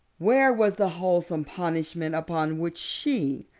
where was the wholesome punishment upon which she,